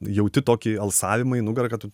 jauti tokį alsavimą į nugarą kad tu